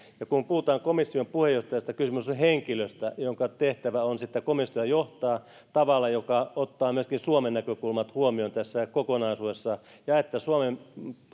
ja kun puhutaan komission puheenjohtajasta kysymys on henkilöstä jonka tehtävä on sitä komissiota johtaa tavalla joka ottaa myöskin suomen näkökulmat huomioon tässä kokonaisuudessa niin että suomen